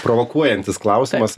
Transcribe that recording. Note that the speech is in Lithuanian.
provokuojantis klausimas